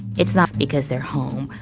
it's not because they're home,